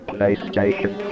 PlayStation